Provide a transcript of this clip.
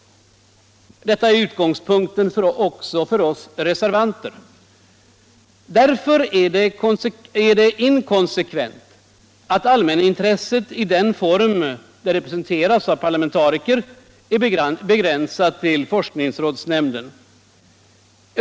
Detta är utgångspunkten också för oss reservanter. Därför är det inkonsekvent att allmänintresset i den form det representeras av parlamentariker är begränsat till forskningsrådsnämnden.